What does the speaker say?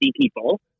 people